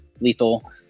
lethal